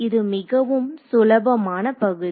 இது மிகவும் சுலபமான பகுதி